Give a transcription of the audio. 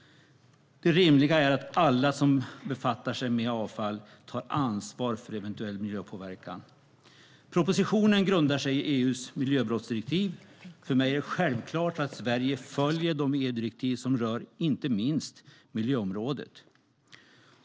Det rimliga är att alla som befattar sig med avfall tar ansvar för eventuell miljöpåverkan. Propositionen grundar sig i EU:s miljöbrottsdirektiv. För mig är det självklart att Sverige följer de EU-direktiv som rör inte minst miljöområdet.